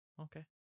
Okay